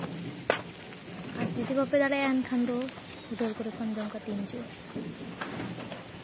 ᱟᱨ ᱡᱩᱫᱤ ᱵᱟᱯᱮ ᱫᱟᱲᱮᱭᱟᱜᱼᱟ ᱮᱱᱠᱷᱟᱱ ᱫᱚ ᱦᱳᱴᱮᱞ ᱠᱚᱨᱮ ᱠᱷᱚᱱ ᱡᱚᱢ ᱠᱟᱛᱮ ᱤᱧ ᱦᱤᱡᱩᱜᱼᱟ